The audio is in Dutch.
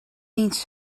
dienst